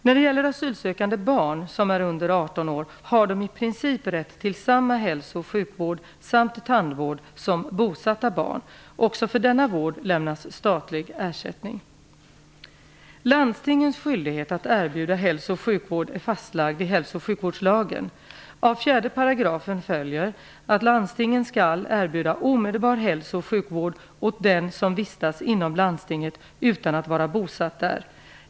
När det gäller asylsökande barn som är under 18 år har de i princip rätt till samma hälso och sjukvård samt tandvård som bosatta barn. Också för denna vård lämnas statlig ersättning. 4 § följer att landstingen skall erbjuda omedelbar hälso och sjukvård åt den som vistas inom landstinget utan att vara bosatt där.